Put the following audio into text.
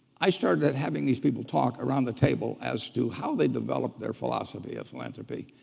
i started having these people talk around the table as to how they developed their philosophy of philanthropy.